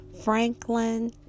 Franklin